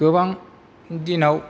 गोबां दिनाव